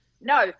No